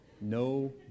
No